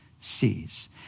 sees